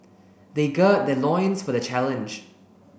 they gird their loins for the challenge